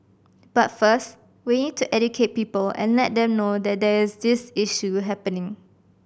but first we need to educate people and let them know that there is this issue happening